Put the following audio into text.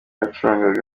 yacurangaga